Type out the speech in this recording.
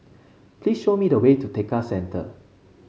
please show me the way to Tekka Centre